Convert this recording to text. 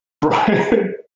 Brian